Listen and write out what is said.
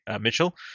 Mitchell